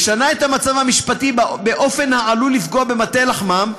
משנה את המצב המשפטי באופן שעלול לפגוע במטה לחמם,